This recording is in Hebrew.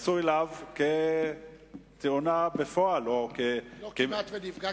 שהתייחסו אליו כתאונה בפועל או, לא "כמעט נפגע"